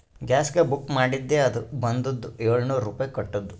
ಗ್ಯಾಸ್ಗ book ಮಾಡಿದ್ದೆ ಅದು ಬಂದುದ ಏಳ್ನೂರ್ ರುಪಾಯಿ ಕಟ್ಟುದ್